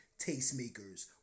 tastemakers